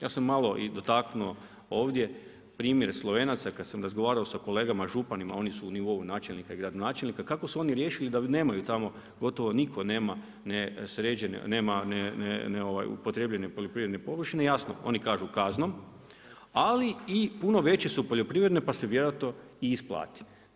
Ja sam malo i dotaknuo ovdje primjer Slovenaca, kad sam razgovarao sa kolegama županima, oni su u nivou načelnika i gradonačelnika, kako su oni riješili da nemaju tamo gotovo nitko nema, neupotrjebljene poljoprivredne površine, jasno, oni kažu kaznom ali i puno veće su poljoprivredne pa se vjerojatno i isplati.